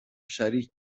شریک